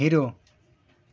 hero